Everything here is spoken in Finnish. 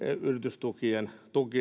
yritystukien